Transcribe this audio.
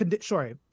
sorry